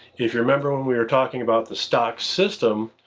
if you remember, when we were talking about the stock system,